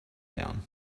down